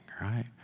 right